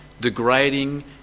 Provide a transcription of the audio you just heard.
degrading